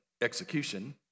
execution